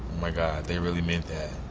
my god, they really meant that.